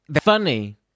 Funny